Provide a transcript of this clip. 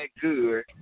good